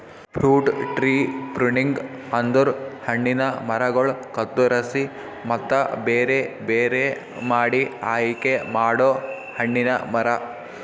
fruit tree pruning ಅಂದುರ್ ಹಣ್ಣಿನ ಮರಗೊಳ್ ಕತ್ತುರಸಿ ಮತ್ತ ಬೇರೆ ಬೇರೆ ಮಾಡಿ ಆಯಿಕೆ ಮಾಡೊ ಹಣ್ಣಿನ ಮರ